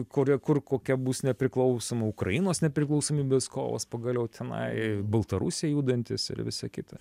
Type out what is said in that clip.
kuria kur kokia bus nepriklausoma ukrainos nepriklausomybės kovos pagaliau tenai baltarusija judantys ir visa kita